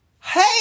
hey